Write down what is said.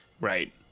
Right